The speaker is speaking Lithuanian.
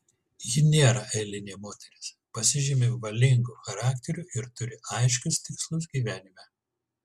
ji nėra eilinė moteris pasižymi valingu charakteriu ir turi aiškius tikslus gyvenime